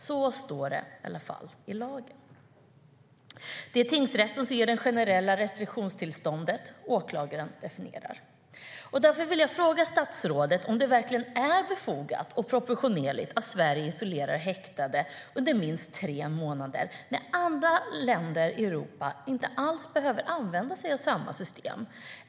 Så står det i varje fall i lagen. Det är tingsrätten som ger det generella restriktionstillståndet, åklagaren definierar. Därför vill jag fråga statsrådet om det verkligen är befogat och proportionerligt att Sverige isolerar häktade under minst tre månader när andra länder i Europa inte alls behöver använda sig av samma system.